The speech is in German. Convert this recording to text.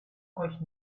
euch